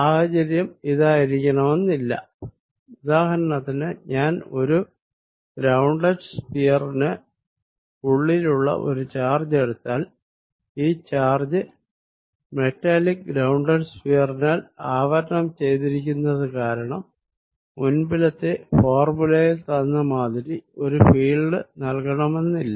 സാഹചര്യം ഇതായിരിക്കണമെന്നില്ല ഉദാഹരണത്തിന് ഞാൻ ഒരു ഗ്രൌൻഡഡ് സ്ഫിയറിന് ഉള്ളിലുള്ള ഒരു ചാർജ് എടുത്താൽ ഈ ചാർജ് മെറ്റാലിക് ഗ്രൌൻഡഡ് സ്ഫിയറിനാൽ ആവരണം ചെയ്തിരിക്കുന്നത് കാരണം മുൻപിലത്തെ ഫോർമുലയിൽ തന്ന മാതിരി ഒരു ഫീൽഡ് നല്കണമെന്നില്ല